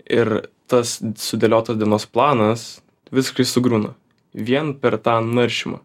ir tas sudėliotas dienos planas visiškai sugriūna vien per tą naršymą